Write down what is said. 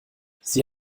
sie